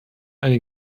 eine